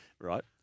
Right